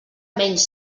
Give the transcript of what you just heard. menys